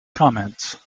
comments